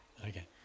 okay